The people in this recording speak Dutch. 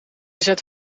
zet